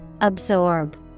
Absorb